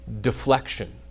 deflection